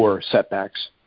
setbacks